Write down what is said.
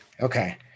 Okay